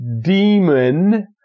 demon